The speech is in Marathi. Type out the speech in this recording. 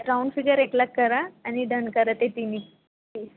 राऊंड फिगर एक लाख करा आणि डन करा ते तिन्ही